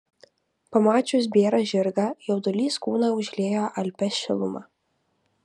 pamačius bėrą žirgą jaudulys kūną užliejo alpia šiluma